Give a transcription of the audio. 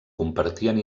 compartien